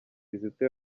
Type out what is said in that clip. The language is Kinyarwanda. kizito